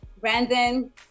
Brandon